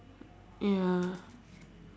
ya